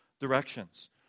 directions